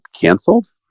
canceled